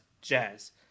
Jazz